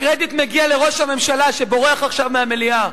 הקרדיט מגיע לראש הממשלה שבורח עכשיו מהמליאה.